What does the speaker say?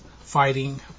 fighting